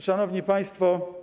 Szanowni Państwo!